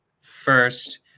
first